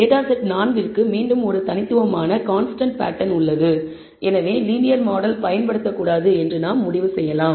data set 4 க்கு மீண்டும் ஒரு தனித்துவமான கான்ஸ்டன்ட் பேட்டர்ன் உள்ளது எனவே லீனியர் மாடல் பயன்படுத்தக்கூடாது என நாம் முடிவு செய்யலாம்